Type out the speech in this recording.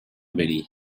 belly